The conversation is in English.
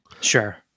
Sure